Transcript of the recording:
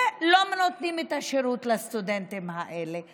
ולא נותנים את השירות לסטודנטים האלה.